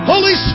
Holy